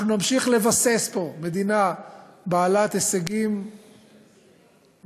אנחנו נמשיך לבסס פה מדינה בעלת הישגים מופלאים,